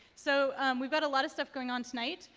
so we've got a lot of stuff going on tonight.